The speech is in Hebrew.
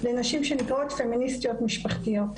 לנשים שנקראות פמיניסטיות משפחתיות,